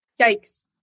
Yikes